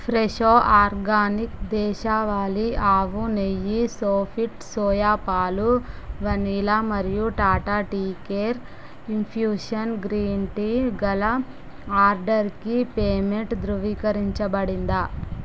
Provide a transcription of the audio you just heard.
Fresho organic దేశవాళీ ఆవు నెయ్యి సోఫిట్ సోయా పాలు వనీలా మరియు Tata tea care infusion green tea గల ఆర్డర్కి పేమెంటు ధృవీకరించబడిందా